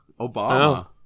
Obama